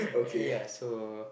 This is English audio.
ya so